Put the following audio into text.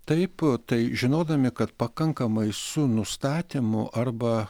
taip tai žinodami kad pakankamai su nustatymu arba